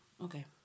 Okay